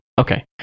Okay